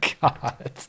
God